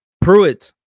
Pruitt